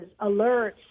alerts